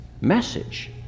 message